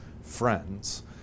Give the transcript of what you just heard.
friends